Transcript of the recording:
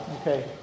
okay